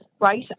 right